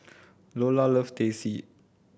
Iola loves Teh C